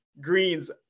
greens